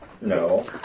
No